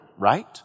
Right